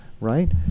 right